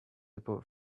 about